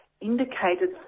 indicated